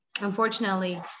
Unfortunately